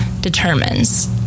determines